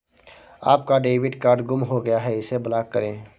आपका debit card गुम हो गया है इसे ब्लॉक करें